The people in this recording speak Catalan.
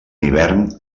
hivern